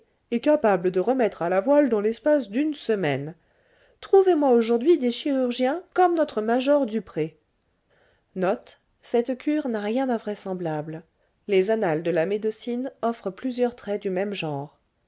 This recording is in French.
et capable de remettre à la voile dans l'espace d'une semaine trouvez-moi aujourd'hui des chirurgiens comme notre major dupré d'invraisemblable les annales de la médecine offrent plusieurs traits du même genre